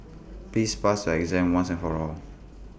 please pass your exam once and for all